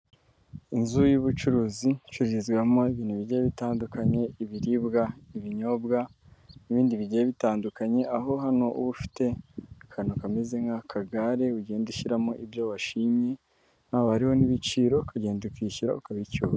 Inzu y'ubucuruzi icururizwamo ibintu bigiye bitandukanye, ibiribwa, ibinyobwa n'ibindi bigiye bitandukanye, aho hano uba ufite akantu kameze nk'akagare ugenda ushyiramo ibyo washimye, haba hari n'ibiciro ukagenda ukishyura ukabicyura.